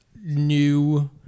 new